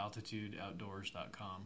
AltitudeOutdoors.com